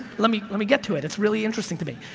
let me let me get to it, it's really interesting to me,